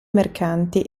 mercanti